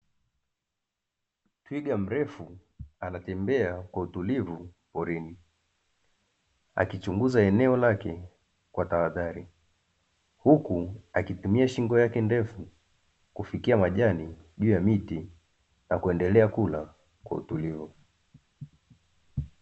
Twiga mrefu anatembea kwa utulivu porini akichunguza eneo lake kwa tahadhari, huku akitumia shingo yake ndefu kufikia majani juu ya miti na kuendelea kula kwa utulivu.